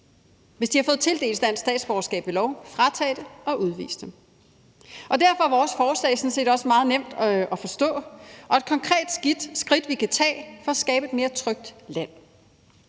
Hvis de har fået tildelt dansk statsborgerskab ved lov, kan vi fratage dem det og udvise dem. Derfor er vores forslag sådan set også meget nemt at forstå og et konkret skridt, vi kan tage, for at skabe et mere trygt land.